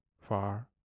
far